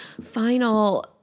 final